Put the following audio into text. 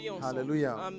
Hallelujah